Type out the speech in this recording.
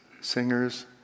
singers